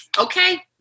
okay